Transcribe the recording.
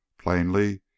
Plainly